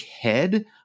head